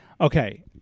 Okay